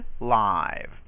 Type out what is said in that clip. live